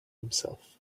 himself